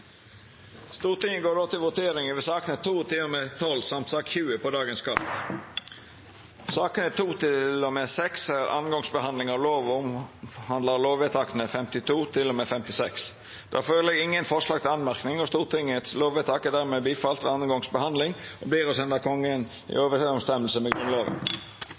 Stortinget går då til votering over sakene nr. 2–12 samt sak nr. 20 på dagens kart. Sakene nr. 2–6 er andre gongs behandling av lovsaker og gjeld lovvedtaka 52 til og med 56. Det ligg ikkje føre nokon forslag til merknad. Stortingets lovvedtak er dermed godtekne ved andre gongs behandling og vert å senda Kongen i samsvar med